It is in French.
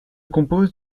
compose